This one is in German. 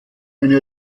eine